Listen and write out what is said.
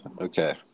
Okay